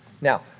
Now